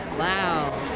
wow.